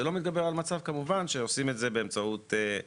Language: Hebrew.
זה לא מתגבר על מצב כמובן שעושים את זה באמצעות שלוחים,